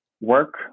work